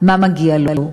מה מגיע לו.